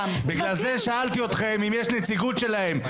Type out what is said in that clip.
בגלל זה שאלתי אתכם אם יש נציגות שלהן.